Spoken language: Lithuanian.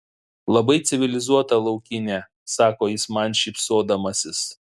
labai civilizuota laukinė sako jis man šypsodamasis